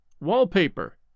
wallpaper